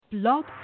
Blog